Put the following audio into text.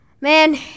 man